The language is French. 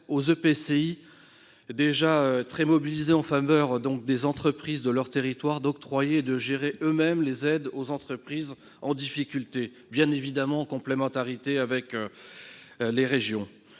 (EPCI), déjà très mobilisés en faveur des entreprises de leur territoire, puissent octroyer et gérer eux-mêmes les aides aux entreprises en difficulté, bien évidemment en complémentarité avec les régions.